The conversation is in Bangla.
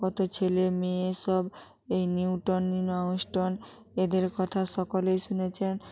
কত ছেলে মেয়ে সব এই নিউটন নীল আর্মস্ট্রং এদের কথা সকলেই শুনেছেন